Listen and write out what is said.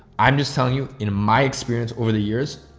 i'm just telling you in my experience over the years,